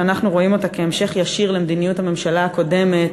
שאנחנו רואים אותה כהמשך ישיר למדיניות הממשלה הקודמת,